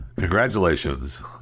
Congratulations